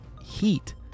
Heat